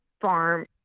farm